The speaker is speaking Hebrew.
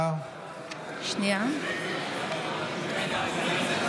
(קוראת בשמות חברי הכנסת)